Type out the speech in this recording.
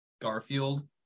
Garfield